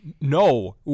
No